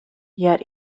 yet